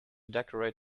decorate